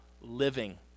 living